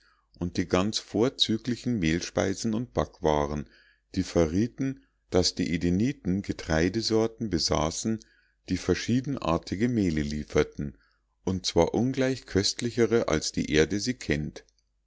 und die ganz vorzüglichen mehlspeisen und backwaren die verrieten daß die edeniten getreidesorten besaßen die verschiedenartige mehle lieferten und zwar ungleich köstlichere als die erde sie kennt